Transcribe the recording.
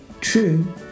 true